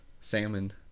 Salmon